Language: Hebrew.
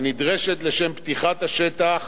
הנדרשת לשם פתיחת השטח,